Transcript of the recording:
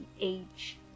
age